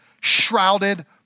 shrouded